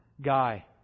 guy